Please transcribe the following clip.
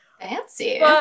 Fancy